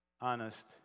honest